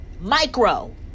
micro